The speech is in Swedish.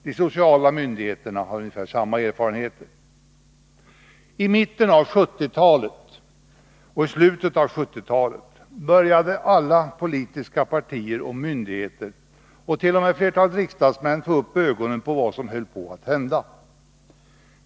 De sociala myndigheterna har ungefär samma erfarenheter. I mitten och i slutet av 1970-talet började alla politiska partier, myndigheter och t.o.m. flertalet av riksdagsmännen få upp ögonen för vad som höll på att hända.